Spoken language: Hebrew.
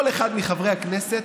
כל אחד מחברי הכנסת